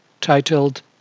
titled